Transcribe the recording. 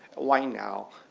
why now?